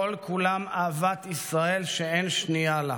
כל-כולם אהבת ישראל, שאין שנייה לה.